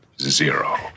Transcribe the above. zero